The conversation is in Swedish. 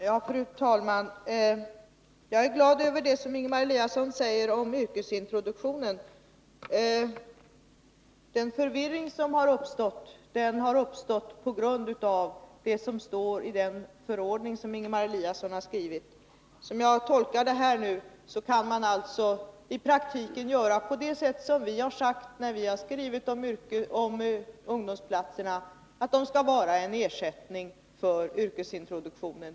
Fru talman! Jag är glad över det som Ingemar Eliasson säger om yrkesintroduktionen. Den förvirring som uppstått har sin orsak i det som står iden förordning som Ingemar Eliasson har skrivit. Men som jag tolkar detta så kan man nu alltså i praktiken jobba på det sätt som vi har sagt när vi skrivit om ungdomsplatserna, nämligen att de skall vara en ersättning för yrkesintroduktionen.